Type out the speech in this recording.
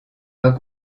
pas